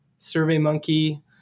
SurveyMonkey